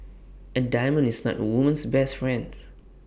A diamond is not A woman's best friend